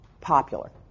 popular